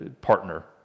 partner